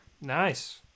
Nice